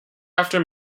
after